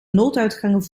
nooduitgangen